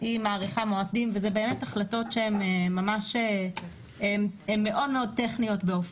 היא מאריכה מועדים ואלה החלטות שהן טכניות מאוד באופיין.